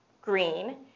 green